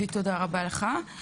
שלום רב, אני פותחת את הישיבה.